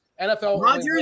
NFL